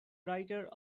writer